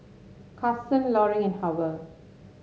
Carsen Loring and Howell